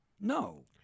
No